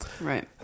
Right